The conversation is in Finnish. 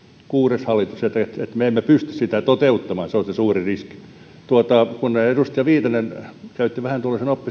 kuudes hallitus se että me emme pysty sitä toteuttamaan on se suuri riski kun edustaja viitanen käytitte tuollaisen vähän